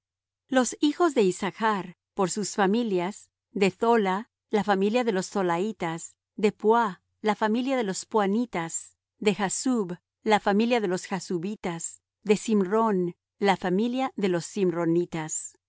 los hijos de issachr por sus familias de thola la familia de los tholaitas de puá la familia de los puanitas de jasub la familia de los jasubitas de simron la familia de los